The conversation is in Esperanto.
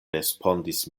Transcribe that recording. respondis